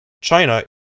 China